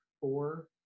four